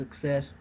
success